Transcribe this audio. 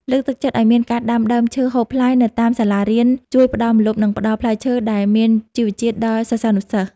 លើកទឹកចិត្តឱ្យមានការដាំដើមឈើហូបផ្លែនៅតាមសាលារៀនជួយផ្ដល់ម្លប់ និង ផ្ដល់ផ្លែឈើដែលមានជីវជាតិដល់សិស្សានុសិស្ស។